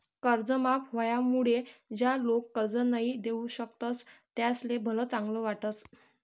कर्ज माफ व्हवामुळे ज्या लोक कर्ज नई दिऊ शकतस त्यासले भलत चांगल वाटस